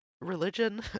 religion